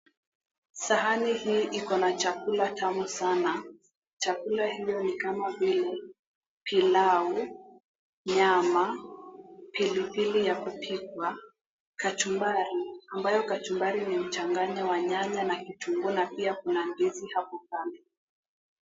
Sahani hii iko na chakula tamu sana chakula hiyo ni kama vile pilau, nyama, pilipili ya kupikwa, kachumbari ambayo kachumbari ni mchanganyo wa nyanya na kitunguu na pia kuna ndizi hapo kando.